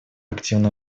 активно